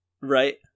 Right